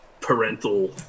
parental